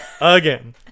Again